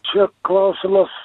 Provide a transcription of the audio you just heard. čia klausimas